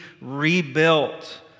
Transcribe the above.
rebuilt